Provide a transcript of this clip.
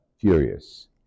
furious